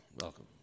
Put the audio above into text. welcome